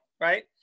right